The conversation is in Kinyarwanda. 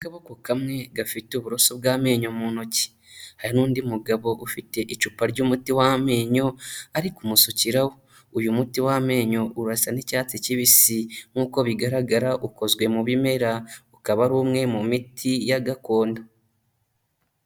Akaboko kamwe gafite uburoso bw'amenyo mu ntoki, hari n'undi mugabo ufite icupa ry'umuti w'amenyo ari kumusukiraho, uyu muti w'amenyo urasa n'icyatsi kibisi nkuko bigaragara ukozwe mu bimera, ukaba ari umwe mu miti ya gakondo.